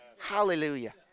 Hallelujah